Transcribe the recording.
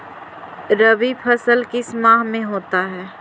रवि फसल किस माह में होता है?